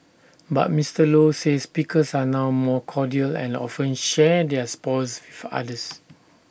but Mister low says pickers are now more cordial and often share their spoils with others